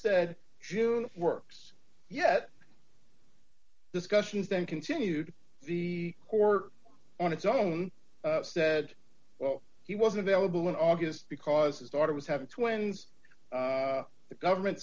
said june works yet discussions then continued the court on its own said well he wasn't available in august because his daughter was having twins the government